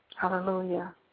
hallelujah